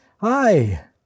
Hi